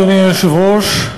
אדוני היושב-ראש,